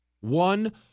One